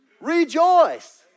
Rejoice